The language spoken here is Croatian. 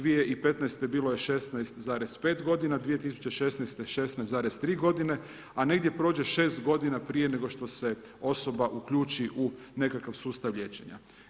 2015. bilo je 16,5 godina, 2016. 16,3 godine, a negdje prođe 6 godina prije nego što se osoba uključi u nekakav sustav liječenja.